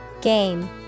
Game